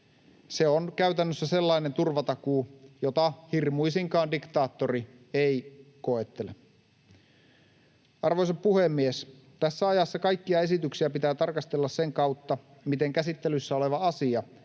Se on käytännössä sellainen turvatakuu, jota hirmuisinkaan diktaattori ei koettele. Arvoisa puhemies! Tässä ajassa kaikkia esityksiä pitää tarkastella sen kautta, miten käsittelyssä oleva asia